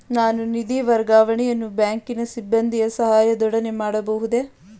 ನಾನು ನಿಧಿ ವರ್ಗಾವಣೆಯನ್ನು ಬ್ಯಾಂಕಿನ ಸಿಬ್ಬಂದಿಯ ಸಹಾಯದೊಡನೆ ಮಾಡಬಹುದೇ?